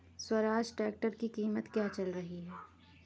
Swaraj tractor की कीमत क्या चल रही है?